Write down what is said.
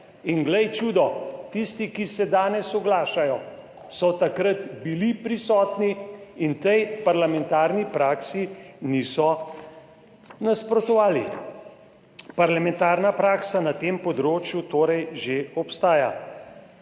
In glej čudo, tisti, ki se danes oglašajo, so takrat bili prisotni in tej parlamentarni praksi niso nasprotovali. Parlamentarna praksa na tem področju torej že obstaja.